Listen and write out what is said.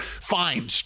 fine